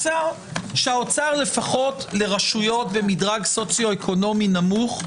שהאוצר לפחות לרשויות במדרג סוציו אקונומי נמוך,